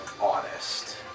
honest